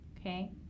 Okay